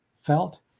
felt